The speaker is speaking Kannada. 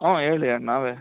ಹ್ಞೂ ಹೇಳಿ ನಾವೇ